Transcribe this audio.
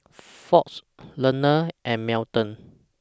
Ford Leaner and Melton